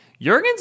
Jurgens